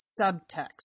Subtext